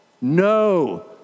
no